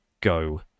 Go